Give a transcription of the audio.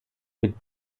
mit